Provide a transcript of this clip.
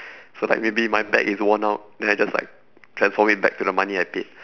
so like maybe my bag is worn out then I just like transform it back into the money I paid